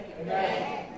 Amen